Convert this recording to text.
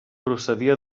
procedia